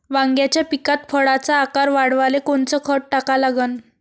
वांग्याच्या पिकात फळाचा आकार वाढवाले कोनचं खत टाका लागन?